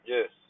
Yes